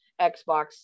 Xbox